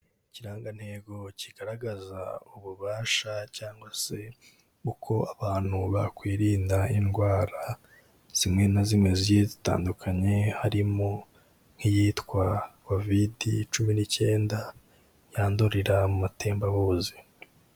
Ikirangantego kigaragaza ububasha cyangwa se uko abantu bakwirinda indwara zimwe na zimwe zigiye zitandukanye, harimo nk'iyitwa kovidi cumi n'icyenda, yandurira mu matembabuzi.